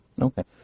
Okay